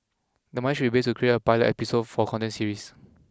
the money should then be used to create a pilot episode for a content series